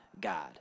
God